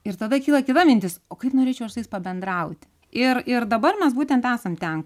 ir tada kyla kita mintis o kaip norėčiau aš su jais pabendrauti ir ir dabar mes būtent esam ten